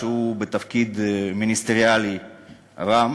שהוא בתפקיד מיניסטריאלי רם,